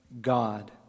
God